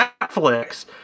Netflix